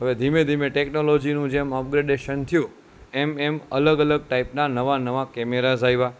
હવે ધીમે ધીમે ટેક્નોલોજીનું જેમ અપગ્રેડેશન થયું એમ એમ અલગ અલગ ટાઈપના નવા નવા કેમેરાઝ આવ્યા